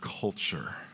culture